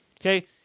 Okay